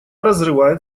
разрывает